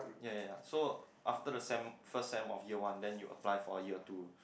ya ya ya so after the sem first sem of year one then you apply for a year two